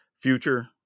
future